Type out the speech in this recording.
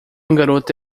garota